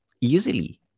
easily